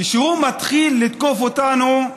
כשהוא מתחיל לתקוף אותנו,